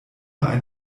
ein